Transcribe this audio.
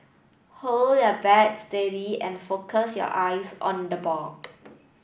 hold your bat steady and focus your eyes on the ball